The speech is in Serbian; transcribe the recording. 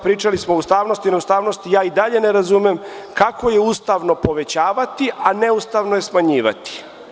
Pričali smo o ustavnosti, neustavnosti, ja i dalje ne razumem kako je ustavno povećavati, a neustavno je smanjivati.